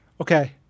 okay